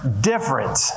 different